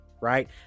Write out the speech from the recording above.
right